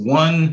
one